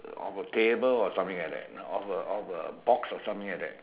of a table or something like that of a of a box or something like that